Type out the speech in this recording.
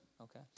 Okay